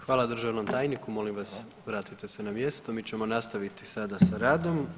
Hvala državnom tajniku, molim vas vratite se na mjesto, mi ćemo nastaviti sada sa radom.